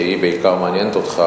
שבעיקר היא מעניינת אותך,